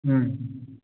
ꯎꯝ